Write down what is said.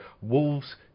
Wolves